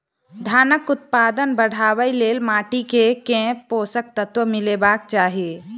धानक उत्पादन बढ़ाबै लेल माटि मे केँ पोसक तत्व मिलेबाक चाहि?